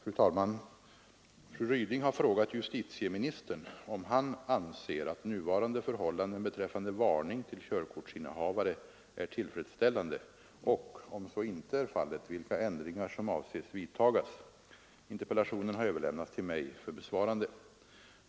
Fru talman! Fru Ryding har frågat justitieministern om han anser att nuvarande förhållanden beträffande varning till körkortsinnehavare är tillfredsställande och — om så inte är fallet — vilka ändringar som avses vidtagas. Interpellationen har överläm nats till mig för besvarande.